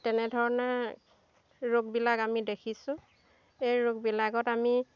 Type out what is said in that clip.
তেনেধৰণে ৰোগবিলাক আমি দেখিছোঁ এই ৰোগবিলাকত আমি